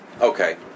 Okay